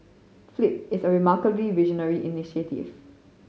flip is a remarkably visionary initiative